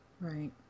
Right